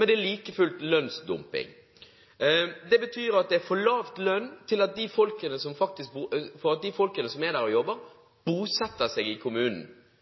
men det er like fullt lønnsdumping. Det betyr at det er for lav lønn til at de menneskene som er der og jobber, bosetter seg i kommunen. Det betyr at det er